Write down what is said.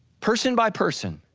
person by person.